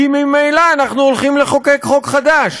כי ממילא אנחנו הולכים לחוקק חוק חדש?